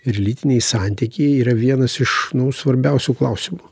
ir lytiniai santykiai yra vienas iš svarbiausių klausimų